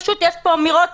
פשוט יש פה אמירות,